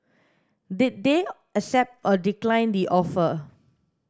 did they accept or decline the offer